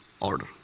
order